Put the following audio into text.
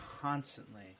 constantly